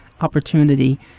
opportunity